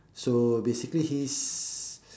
so basically his